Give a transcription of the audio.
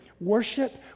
worship